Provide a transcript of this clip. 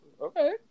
okay